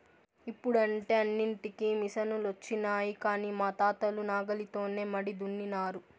ఇప్పుడంటే అన్నింటికీ మిసనులొచ్చినాయి కానీ మా తాతలు నాగలితోనే మడి దున్నినారు